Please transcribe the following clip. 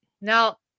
Now